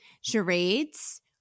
Charades